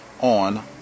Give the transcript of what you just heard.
on